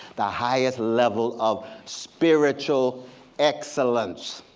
the highest level of spiritual excellence.